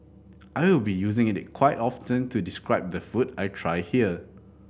I will be using it quite often to describe the food I try here